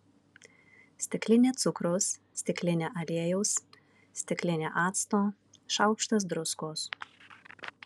stiklinė cukraus stiklinė aliejaus stiklinė acto šaukštas druskos